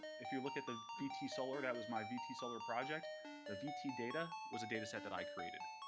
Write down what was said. if you look at the vt solar that was my vt solar project the vt data was a data set that i created.